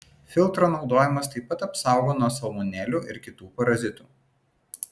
filtro naudojimas taip pat apsaugo nuo salmonelių ir kitų parazitų